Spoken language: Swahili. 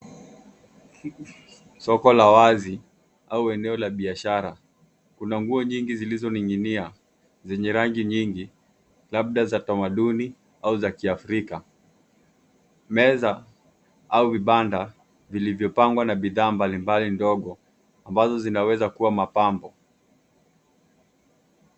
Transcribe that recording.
Soko la wazi, au eneo la biashara. Kuna nguo nyingi zilizoning'inia zenye rangi nyingi, labda za tamaduni au za kiafrika. Meza au vibanda vilivyopangwa na bidhaa mbalimbali ndogo, ambazo zinaweza kuwa mapambo.